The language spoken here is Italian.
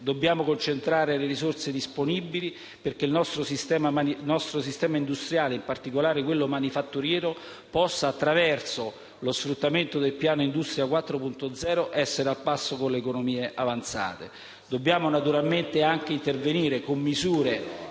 Dobbiamo concentrare le risorse disponibili perché il nostro sistema industriale, in particolare quello manifatturiero, possa, attraverso lo sfruttamento del Piano nazionale industria 4.0, essere al passo con le economie avanzate. Dobbiamo naturalmente anche intervenire con misure